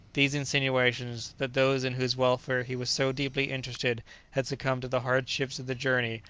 these insinuations, that those in whose welfare he was so deeply interested had succumbed to the hardships of the journey,